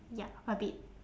ya a bit